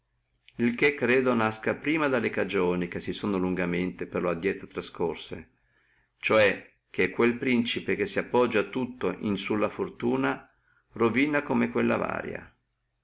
il che credo che nasca prima dalle cagioni che si sono lungamente per lo adrieto discorse cioè che quel principe che sappoggia tutto in sulla fortuna rovina come quella varia